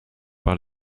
par